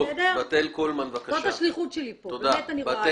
זאת השליחות שלי פה.